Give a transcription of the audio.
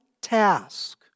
Task